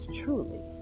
truly